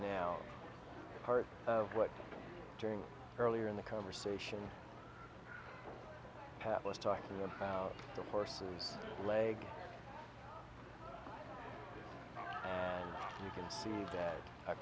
now part of what during earlier in the conversation pat was talking about the horse's leg and you can see that